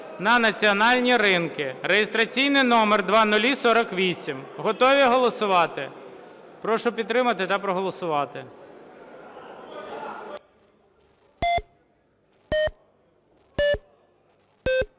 на національні ринки (реєстраційний номер 0048). Готові голосувати? Прошу підтримати та проголосувати.